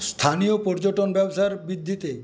স্থানীয় পর্যটন ব্যবসার বৃদ্ধিতে